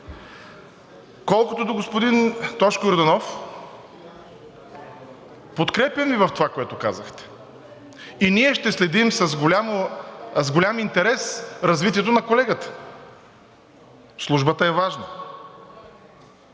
Колкото до господин Тошко Йорданов, подкрепям Ви в това, което казахте, и ние ще следим с голям интерес развитието на колегата – службата е важна.